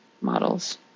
models